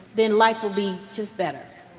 then life would be just better.